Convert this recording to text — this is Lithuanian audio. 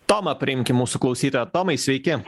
tomą priimkim mūsų klausytoją tomai sveiki